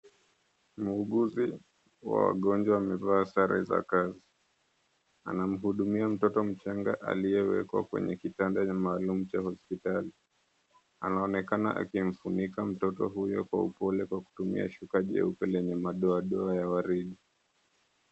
Muuguzi wa wagonjwa wamevaa sare za kazi. Anamhudumia mtoto mchanga aliyewekwa kwenye kitanda maalumu cha hospitali. Anaonekana akimfunika mtoto huyo kwa upole kwa kutumia shuka jeupe lenye madoadoa ya waridi.